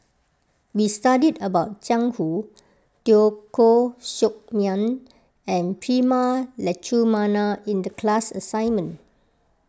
we studied about Jiang Hu Teo Koh Sock Miang and Prema Letchumanan in the class assignment